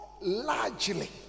largely